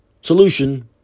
solution